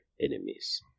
enemies